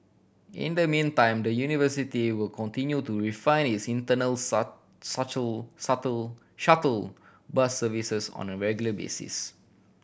in the meantime the university will continue to refine its internal shuttle bus services on a regular basis